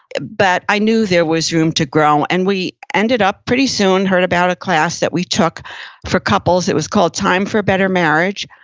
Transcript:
but i knew there was room to grow. and we ended up, pretty soon heard about a class that we took for couples. it was called, time for a better marriage.